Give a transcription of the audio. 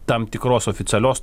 tam tikros oficialios